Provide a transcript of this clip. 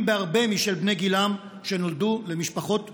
בהרבה משל בני גילם שנולדו למשפחות מבוססות.